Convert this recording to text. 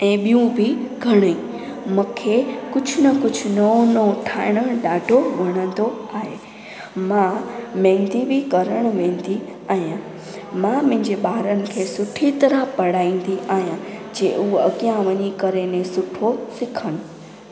ऐं ॿियूं बि घणेई मूंखे कुझु न कुझु नओं नओं ठाहिण में ॾाढो वणंदो आहे मां मेंदी बि करण वेंदी आहियां मां मुंहिंजे ॿारनि खे सुठी तरह पढ़ाईंदी आहियां जे उहा अॻियां वञी करे ने सुठो सिखनि